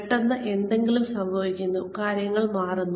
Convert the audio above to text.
പെട്ടെന്ന് എന്തെങ്കിലും സംഭവിക്കുന്നു കാര്യങ്ങൾ മാറുന്നു